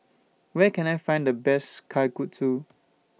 Where Can I Find The Best Kalguksu